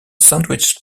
sandwich